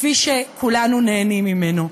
כפי שכולנו נהנים ממנו.